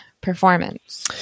performance